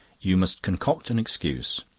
you must concoct an excuse.